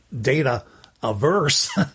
data-averse